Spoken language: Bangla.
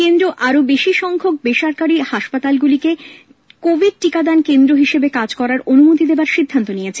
কেন্দ্র আরো বেশী সংখ্যক বেসরকারি হাসপাতালকে কোভিড টিকাদান কেন্দ্র হিসেবে কাজ করার অনুমতি দেবার সিদ্ধান্ত নিয়েছে